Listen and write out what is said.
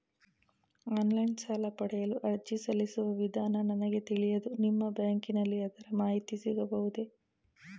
Online ಸಾಲ ಪಡೆಯಲು ಅರ್ಜಿ ಸಲ್ಲಿಸುವ ವಿಧಾನ ನನಗೆ ತಿಳಿಯದು ನಿಮ್ಮ ಬ್ಯಾಂಕಿನಲ್ಲಿ ಅದರ ಮಾಹಿತಿ ಸಿಗಬಹುದೇ?